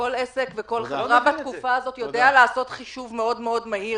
כל עסק וכל חברה בתקופה הזאת יודע לעשות חישוב מאוד מהיר